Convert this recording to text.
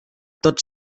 tots